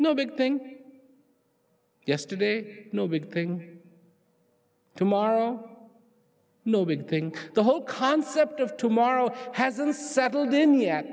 no big thing yesterday no big thing tomorrow no big thing the whole concept of tomorrow hasn't settled in yet